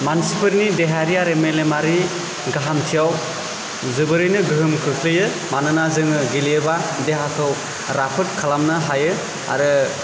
मानसिफोरनि देहायारि आरो मेलेमारि गाहामथियाव जोबोरैनो गोहोम खोख्लैयो मानोना जोङो गेलेयोबा देहाखौ राफोद खालामनो हायो आरो